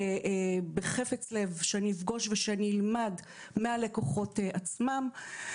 בחפץ לב, שאני אפגוש ואני אלמד מהלקוחות עצמם.